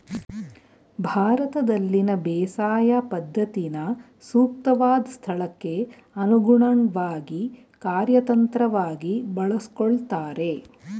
ಭಾರತದಲ್ಲಿನ ಬೇಸಾಯ ಪದ್ಧತಿನ ಸೂಕ್ತವಾದ್ ಸ್ಥಳಕ್ಕೆ ಅನುಗುಣ್ವಾಗಿ ಕಾರ್ಯತಂತ್ರವಾಗಿ ಬಳಸ್ಕೊಳ್ತಾರೆ